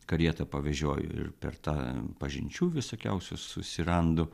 karieta pavežioju ir per tą pažinčių visokiausių susirandu